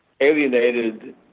alienated